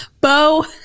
Bo